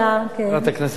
חברת הכנסת גלאון,